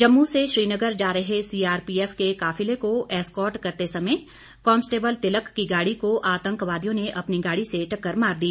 जम्मू से श्रीनगर जा रहे सीआरपीएफ के काफिले को एस्कॉट करते समय कॉन्स्टेबल तिलक की गाड़ी को आतंकवादियों ने अपनी गाड़ी से टक्कर मार दी